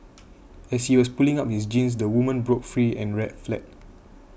as he was pulling up his jeans the woman broke free and fled